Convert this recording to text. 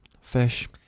Fish